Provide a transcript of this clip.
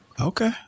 Okay